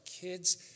kids